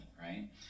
right